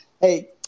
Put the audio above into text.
Hey